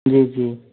जी जी